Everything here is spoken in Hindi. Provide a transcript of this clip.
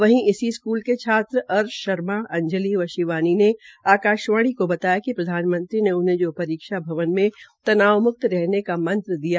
वहीं इसी स्कूल के छात्र अर्ष शर्मा अंजलि व शिवानी ने आकावाणी को बताया कि उन्हें जो परीक्षाभवन में तनाव म्क्त रहने का मंत्रदिया